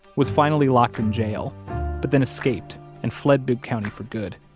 was finally locked in jail but then escaped and fled bibb county for good,